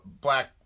black